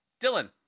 Dylan